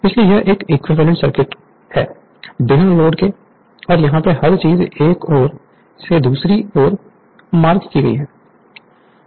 इसलिए यह एक इक्विवेलेंट सर्किट है बिना लोड के और यहां पर हर चीज एक ऐरो की द्वारा मार्क की गई है